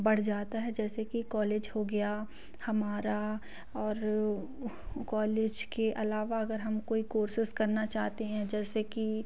बढ़ जाता है जैसे कि कॉलेज हो गया हमारा और कॉलेज के अलावा अगर हम कोई कोर्सिज़ करना चाहते हैं जैसे कि